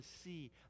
see